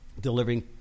Delivering